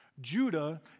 Judah